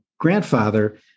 grandfather